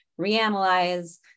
reanalyze